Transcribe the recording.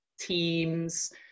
teams